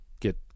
get